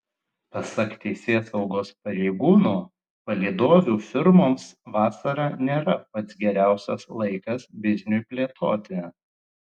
pasak teisėsaugos pareigūnų palydovių firmoms vasara nėra pats geriausias laikas bizniui plėtoti